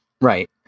Right